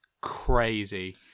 crazy